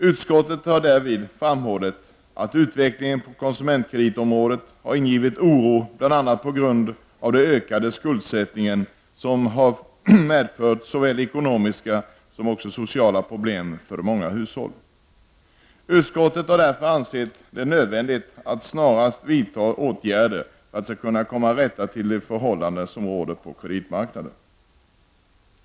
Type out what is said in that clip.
Utskottet har därvid framhållit att utvecklingen på konsumentkreditområdet har ingivit oro, bl.a. på grund av den ökade skuldsättningen, vilken har medfört såväl ekonomiska som sociala problem för många hushåll. Utskottet har därför ansett det nödvändigt att snarast vidta åtgärder för att komma till rätta med de förhållanden som råder på kreditmarknaden.